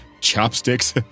chopsticks